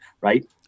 right